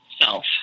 self